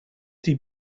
die